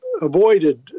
avoided